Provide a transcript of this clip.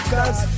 Cause